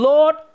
Lord